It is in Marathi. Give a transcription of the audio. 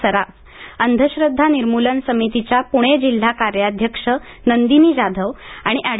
सराफ अंधश्रध्दा निर्मूलन समितीच्या पुणे जिल्हा कार्याध्यक्ष नंदिनी जाधव आणि अँड